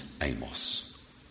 Amos